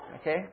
okay